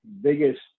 biggest